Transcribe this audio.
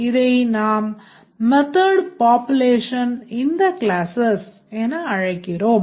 இதை நாம் method population in the classes என அழைக்கிறோம்